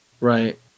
Right